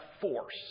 force